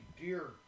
dear